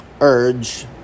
urge